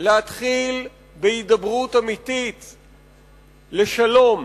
להתחיל בהידברות אמיתית לשלום,